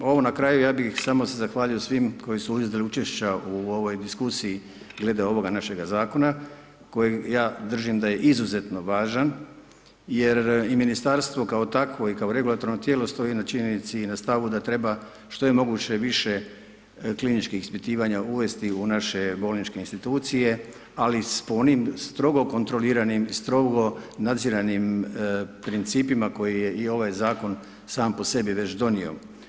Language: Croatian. Ovo na kraju, ja bi se samo zahvalio svima koji su … učešća u ovoj diskusiji, glede ovoga našega zakona, kojega ja držim da je izuzetno važan, jer i ministarstvo kao takvo i kao regulatorno tijelo, stoji na činjenici i na stavu, da treba, što je mogu više kliničkih ispitivanja uvesti u naše bolničke institucije, ali s onim strogo kontroliranim i strogo nadziranim principima koje je i ovaj zakon sam po sebi već donio.